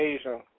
Asia